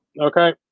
okay